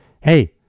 Hey